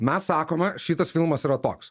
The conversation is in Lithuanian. mes sakome šitas filmas yra toks